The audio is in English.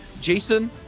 Jason